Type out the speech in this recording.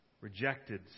rejected